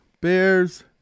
Bears